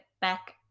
back